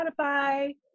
Spotify